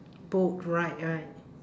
boat ride right